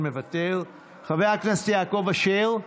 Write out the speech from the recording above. מוותר, חבר הכנסת יעקב אשר,